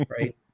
right